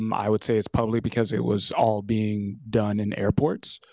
um i would say it's probably because it was all being done in airports.